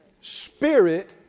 spirit